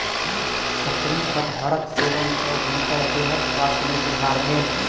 शफरी कटहरक सेवन सॅ हुनकर देहक स्वास्थ्य में सुधार भेल